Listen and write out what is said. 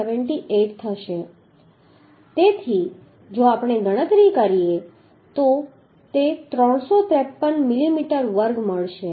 78 થશે તેથી જો આપણે ગણતરી કરીએ તો 353 મિલીમીટર વર્ગ મળશે